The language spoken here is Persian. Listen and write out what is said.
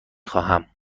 خواهم